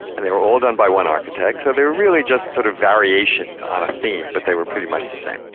and they were all done by one architect, so and they were really just sort of variations on a theme, but they were pretty much the same.